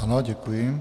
Ano, děkuji.